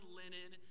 linen